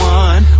one